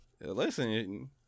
Listen